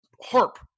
Harp